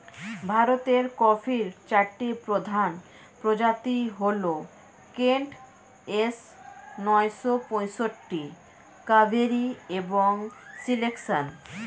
ভারতের কফির চারটি প্রধান প্রজাতি হল কেন্ট, এস নয়শো পঁয়ষট্টি, কাভেরি এবং সিলেকশন